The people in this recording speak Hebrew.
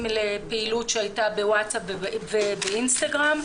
לפעילות שהייתה בווטסאפ ובאינסטגרם.